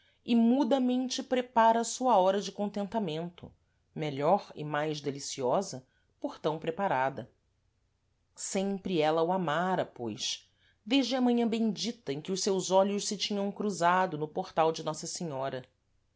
e mudamente prepara a sua hora de contentamento melhor e mais deliciosa por tam preparada sempre ela o amara pois desde a manhã bemdita em que os seus olhos se tinham cruzado no portal de nossa senhora